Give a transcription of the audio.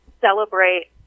celebrate